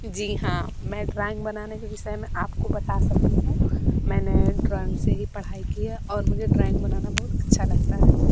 जी हाँ मैं ड्रॉइंग बनाने के विषय में आपको बता सकती हूँ मैंने ड्रॉइंग से ही पढ़ाई की है और मुझे ड्रॉइंग बनाना बहुत अच्छा लगता है